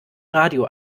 radio